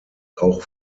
auch